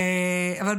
מזל טוב.